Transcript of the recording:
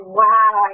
wow